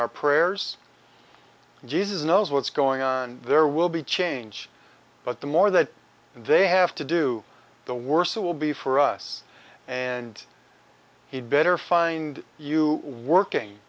our prayers jesus knows what's going on there will be change but the more that they have to do the worse it will be for us and he'd better find you working